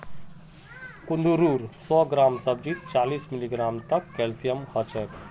कुंदरूर सौ ग्राम सब्जीत चालीस मिलीग्राम तक कैल्शियम ह छेक